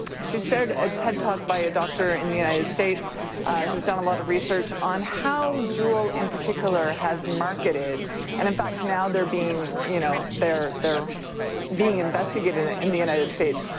she shared a ted talk by a doctor in the united states who has done a lot of research on how juul in particular has marketed and in fact now they're being, you know, they're they're being investigated in the united states,